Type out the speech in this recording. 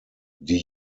die